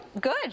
good